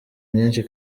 myinshi